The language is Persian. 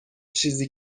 چیزی